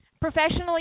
Professionally